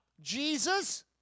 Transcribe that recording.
Jesus